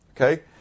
Okay